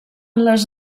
les